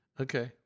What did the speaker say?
Okay